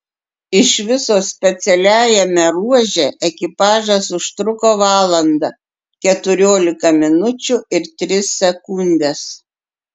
iš viso specialiajame ruože ekipažas užtruko valandą keturiolika minučių ir tris sekundes